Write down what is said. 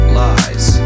lies